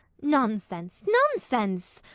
nonsense, nonsense!